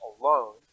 alone